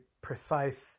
precise